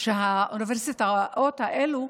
האוניברסיטאות האלו,